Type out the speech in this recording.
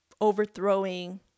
overthrowing